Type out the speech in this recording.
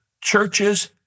churches